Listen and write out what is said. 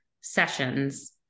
sessions